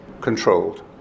controlled